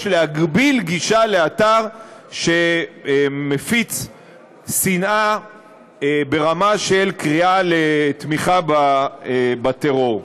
להגביל גישה לאתר שמפיץ שנאה ברמה של קריאה לתמיכה בטרור.